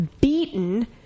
beaten